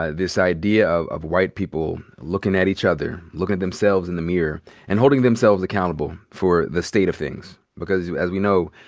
ah this idea of of white people lookin' at each other, lookin' at themselves in the mirror and holding themselves accountable for the state of things, because as we know,